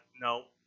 No